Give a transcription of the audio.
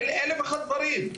אין לי 1,001 דברים.